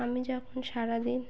আমি যখন সারাদিন